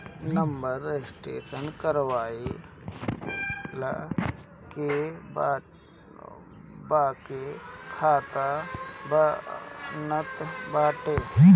number register कईला के बाके खाता बनत बाटे